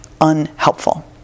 unhelpful